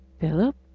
Philip